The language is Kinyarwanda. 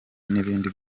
n’ibindi